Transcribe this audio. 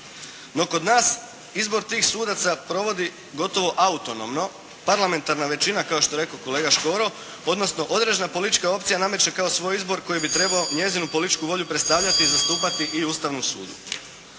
No, kod nas se izbor tih sudaca provodi gotovo autonomno parlamentarna većina kao što je rekao kolega Škoro, odnosno određena politička opcija nameće kao svoj izbor koji bi trebao njezinu političku volju predstavljati i zastupati i Ustavnom sudu.